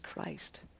Christ